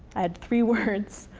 i had three words.